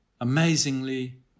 amazingly